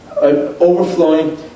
overflowing